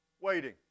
waiting